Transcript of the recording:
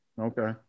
Okay